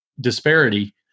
Disparity